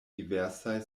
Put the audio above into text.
diversaj